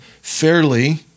fairly